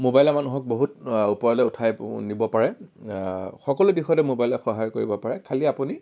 মোবাইলে মানুহক বহুত ওপৰলে উঠাই নিব পাৰে সকলো দিশতে মোবাইলে সহায় কৰিব পাৰে খালি আপুনি